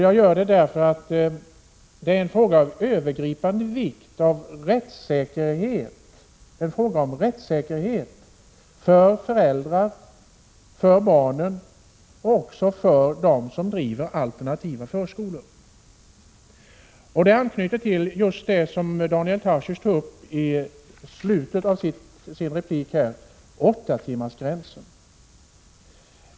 Jag gör det därför att den frågan är av övergripande vikt och handlar om rättssäkerheten för föräldrar, barn och också för dem som driver alternativa förskolor. Frågan anknyter till just det som Daniel Tarschys tog upp i slutet åv sin replik, nämligen åttatimmarsgränsen.